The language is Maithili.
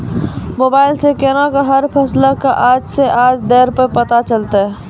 मोबाइल सऽ केना कऽ हर फसल कऽ आज के आज दर पता चलतै?